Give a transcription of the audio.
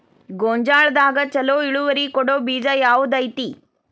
ಗೊಂಜಾಳದಾಗ ಛಲೋ ಇಳುವರಿ ಕೊಡೊ ಬೇಜ ಯಾವ್ದ್ ಐತಿ?